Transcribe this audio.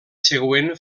següent